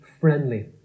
friendly